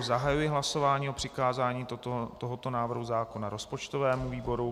Zahajuji hlasování o přikázání tohoto návrhu zákona rozpočtovému výboru.